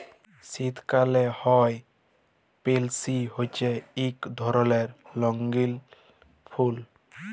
শীতকালে হ্যয় পেলসি হছে ইক ধরলের রঙ্গিল ফুল